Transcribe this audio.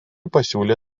pasiūlė